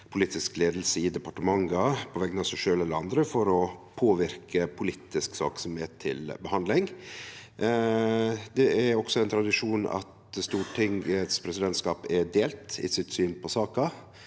politisk leiing i departement på vegner av seg sjølv eller andre for å påverke politiske saker som er til behandling. Det er også ein tradisjon at Stortingets presidentskap er delt i synet sitt på saka.